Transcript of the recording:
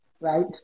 right